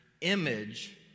image